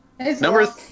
Number